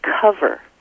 cover